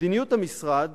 מדיניות המשרד